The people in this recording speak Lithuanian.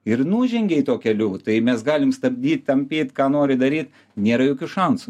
ir nužengei tuo keliu tai mes galim stabdyt tampyt ką nori daryt nėra jokių šansų